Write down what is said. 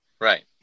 Right